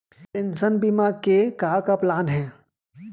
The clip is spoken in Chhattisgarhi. पेंशन बीमा के का का प्लान हे?